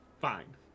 Fine